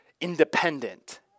independent